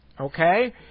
Okay